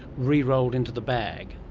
re-rolled into the bag?